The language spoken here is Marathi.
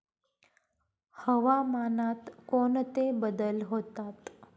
हवामानात कोणते बदल होतात?